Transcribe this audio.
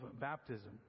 baptism